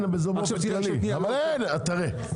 תראה,